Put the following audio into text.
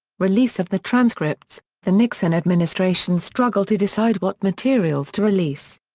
release of the transcripts the nixon administration struggled to decide what materials to release.